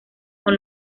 con